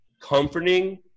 comforting